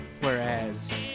Whereas